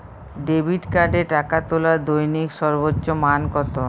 Debit কার্ডে টাকা তোলার দৈনিক সর্বোচ্চ মান কতো?